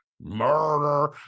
Murder